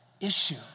issue